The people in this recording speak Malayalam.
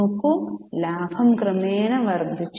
നോക്കു ലാഭം ക്രമേണ വർദ്ധിച്ചു